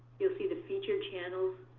you'll see the featured channels.